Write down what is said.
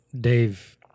Dave